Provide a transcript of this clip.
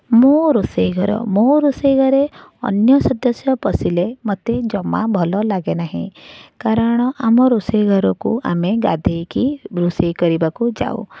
ମୋ ରୋଷେଇ ଘର ମୋ ରୋଷେଇ ଘରେ ଅନ୍ୟସଦସ୍ୟ ପଶିଲେ ମୋତେ ଜମା ଭଲ ଲାଗେ ନାହିଁ କାରଣ ଆମ ରୋଷେଇ ଘରକୁ ଆମେ ଗାଧେଇକି ରୋଷେଇ କରିବାକୁ ଯାଉ